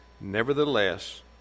Nevertheless